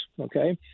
okay